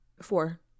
Four